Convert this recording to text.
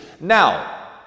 Now